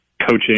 coaching